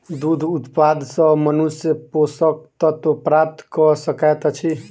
दूध उत्पाद सॅ मनुष्य पोषक तत्व प्राप्त कय सकैत अछि